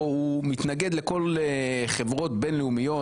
הוא מתנגד לכל חברות בין-לאומיות,